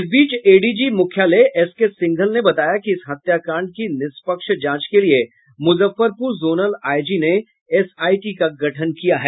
इस बीच एडीजी मुख्यालय एस के सिंघल ने बताया कि इस हत्या कांड की निष्पक्ष जांच के लिये मुजफ्फरपुर जोनल आईजी ने एसआईटी का गठन किया है